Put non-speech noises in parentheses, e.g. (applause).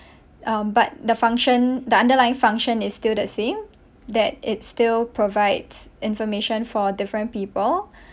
um but the function the underlying function is still the same that it's still provides information for different people (breath)